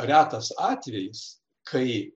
retas atvejis kai